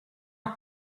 not